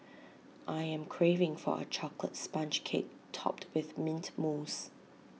I am craving for A Chocolate Sponge Cake Topped with Mint Mousse